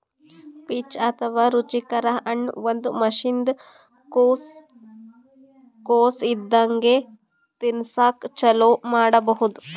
peach ಅಥವಾ ರುಚಿಕರ ಹಣ್ಣ್ ಒಂದ್ ವರ್ಷಿನ್ದ್ ಕೊಸ್ ಇದ್ದಾಗೆ ತಿನಸಕ್ಕ್ ಚಾಲೂ ಮಾಡಬಹುದ್